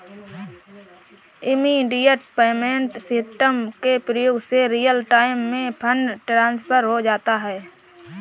immediate payment system के प्रयोग से रियल टाइम में फंड ट्रांसफर हो जाता है